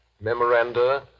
memoranda